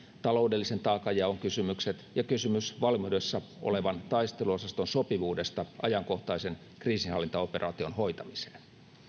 taloudellisen taakanjaon kysymykset ja kysymys valmiudessa olevan taisteluosaston sopivuudesta ajankohtaisen kriisinhallintaoperaation hoitamiseen